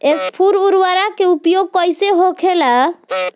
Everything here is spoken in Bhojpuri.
स्फुर उर्वरक के उपयोग कईसे होखेला?